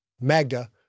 Magda